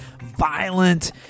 violent